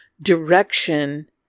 direction